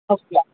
okay